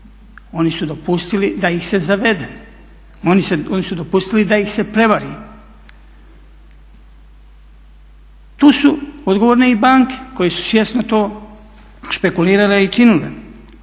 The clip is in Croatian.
oni su dopustili da ih se zavede, oni su dopustili da ih se prevari. Tu su odgovorne i banke koje su svjesno to špekulirale i činile.